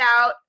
out